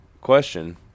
question